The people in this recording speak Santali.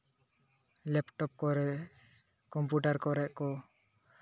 ᱞᱮᱯᱴᱚᱯ ᱠᱚᱨᱮ ᱠᱚᱢᱯᱤᱭᱩᱴᱟᱨ ᱠᱚᱨᱮ ᱠᱚ